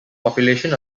population